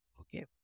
okay